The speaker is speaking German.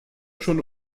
schon